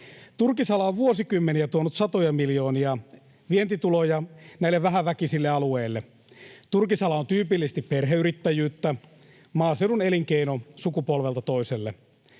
Turkisala on vuosikymmeniä tuonut satoja miljoonia vientituloja näille vähäväkisille alueille. Turkisala on tyypillisesti perheyrittäjyyttä, maaseudun elinkeino sukupolvelta toiselle.